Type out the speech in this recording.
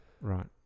Right